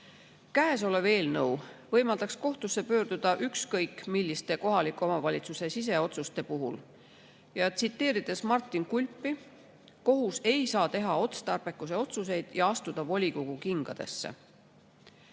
[ettenähtu] võimaldaks kohtusse pöörduda ükskõik milliste kohaliku omavalitsuse siseotsuste puhul. Aga tsiteerides Martin Kulpi, kohus ei saa teha otstarbekuse otsuseid ja astuda volikogu kingadesse. Komisjoni